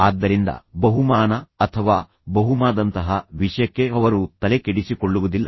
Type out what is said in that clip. ಆದ್ದರಿಂದ ಬಹುಮಾನ ಅಥವಾ ಬಹುಮಾನದಂತಹ ವಿಷಯಕ್ಕೆಅವರು ತಲೆಕೆಡಿಸಿಕೊಳ್ಳುವುದಿಲ್ಲ